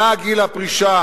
אז עלה גיל הפרישה